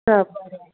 चल बरें